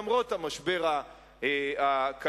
למרות המשבר הכלכלי,